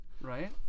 Right